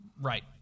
Right